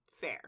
Fair